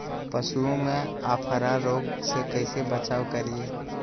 पशुओं में अफारा रोग से कैसे बचाव करिये?